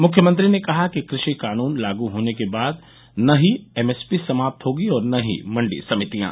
मुख्यमंत्री ने कहा कि कृषि कानून लागू होने के बाद न ही एमएसपी समाप्त होगी और न ही मंडी समितियां